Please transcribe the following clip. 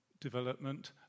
development